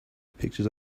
pictures